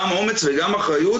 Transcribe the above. גם אומץ וגם אחריות,